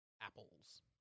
apples